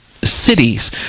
cities